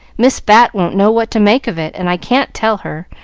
miss bat won't know what to make of it, and i can't tell her,